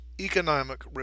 economic